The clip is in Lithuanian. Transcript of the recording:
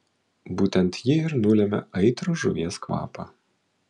būtent ji ir nulemia aitrų žuvies kvapą